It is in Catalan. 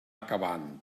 acabant